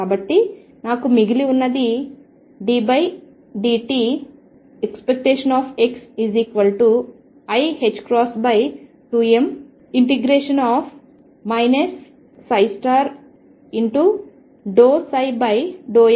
కాబట్టి నాకు మిగిలి ఉన్నది ddt⟨x⟩iℏ2m∫ ∂ψ∂x∂xdx